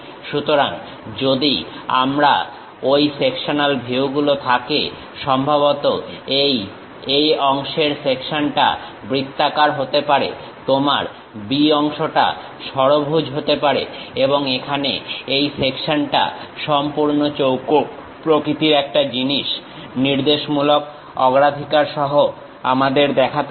সুতরাং যদি আমার ঐ সেকশনাল ভিউগুলো থাকে সম্ভবত এই A অংশের সেকশনটা বৃত্তাকার হতে পারে তোমার B অংশটা ষড়ভুজ হতে পারে এবং এখানে এই সেকশনটা সম্পূর্ণ চৌকো প্রকৃতির একটা জিনিস নির্দেশমূলক অগ্রাধিকার সহ আমাদের দেখাতে হবে